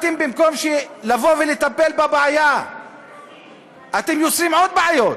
במקום לבוא ולטפל בבעיה אתם יוצרים עוד בעיות.